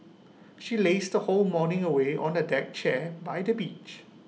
she lazed the whole morning away on A deck chair by the beach